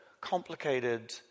complicated